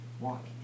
Walk